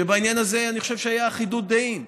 שבעניין הזה אני חושב שהייתה אחדות דעים,